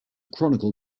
chronicle